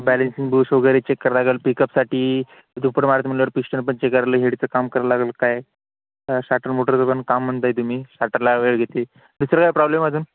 balancing bush वगैरे check करायला लागेल पिकअपसाठी दुपट मारते म्हटल्यावरती पिस्टन पण चेक करा लागेल हेडचं काम करा लागेल काय स्टार्टर मोटरचं पण काम म्हणताय तुम्ही स्टार्टरला वेळ घेते दुसरं काय प्रॉब्लेम अजून